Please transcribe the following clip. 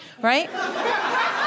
right